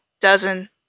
dozen